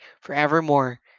forevermore